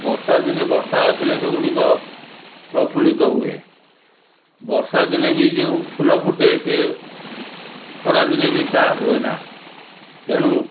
ବର୍ଷା ଦିନେ ବର୍ଷା ଆସିଲେ ସେ ଗୁଡ଼ିକ ପ୍ରଫୁଲ୍ଲିତ ହୁଏ ବର୍ଷା ଦିନେ ବି ଯେଉଁ ଫୁଲ ଫୁଟେ ବି ସେ ଖରା ଦିନେ ବି ତାହା ହୁଏ ନା ତେଣୁ